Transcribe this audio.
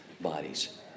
bodies